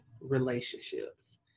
relationships